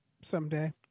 someday